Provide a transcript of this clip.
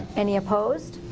any opposed?